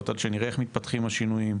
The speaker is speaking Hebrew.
עד שנראה איך מתפתחים השינויים"'.